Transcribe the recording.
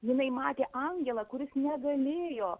jinai matė angelą kuris negalėjo